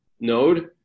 node